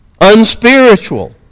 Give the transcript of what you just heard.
unspiritual